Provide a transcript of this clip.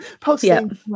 posting